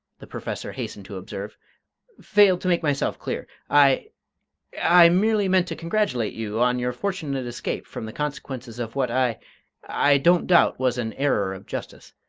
the professor hastened to observe failed to make myself clear. i i merely meant to congratulate you on your fortunate escape from the consequences of what i i don't doubt was an error of justice.